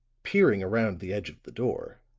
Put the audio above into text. peering around the edge of the door,